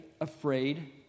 afraid